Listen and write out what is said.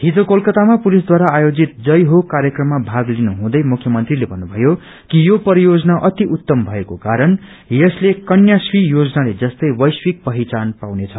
हिज कोलकतामा पुलिसद्वारा आयोजित जय है कार्यक्रममा भाग तिनुहुँदै मुख्यमन्त्रीले भन्नुभयो कि यो परियोजना अति उत्तम भएको कारण यसले कन्या श्री योजना जस्तै वैश्विक पहिचान पाउनेछ